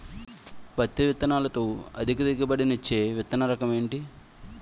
పత్తి విత్తనాలతో అధిక దిగుబడి నిచ్చే విత్తన రకం ఏంటి?